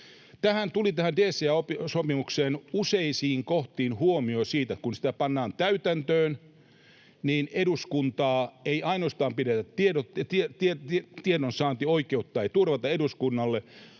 Tähän DCA-sopimukseen tuli useisiin kohtiin huomio siitä, että kun sitä pannaan täytäntöön, niin ei ainoastaan turvata tiedonsaantioikeutta eduskunnalle,